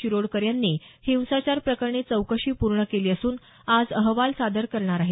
शिरोडकर यांनी हिंसाचार प्रकरणी चौकशी पूर्ण केली असून आज अहवाल सादर करणार आहेत